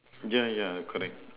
yeah yeah correct